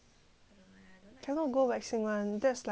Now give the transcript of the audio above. cannot go waxing [one] that's like hundred percent no no